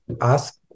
ask